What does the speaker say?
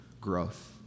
growth